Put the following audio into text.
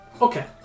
Okay